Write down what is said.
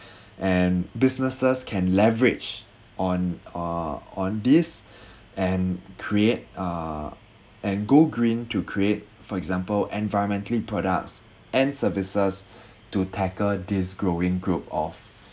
and businesses can leverage on uh on this and create uh and go green to create for example environmentally products and services to tackle this growing group of